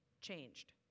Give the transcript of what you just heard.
changed